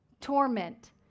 torment